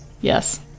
Yes